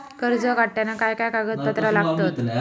कर्ज काढताना काय काय कागदपत्रा लागतत?